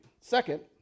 second